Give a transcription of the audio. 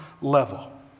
level